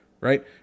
Right